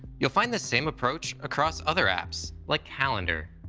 you'll find this same approach across other apps, like calendar,